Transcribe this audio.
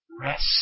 rest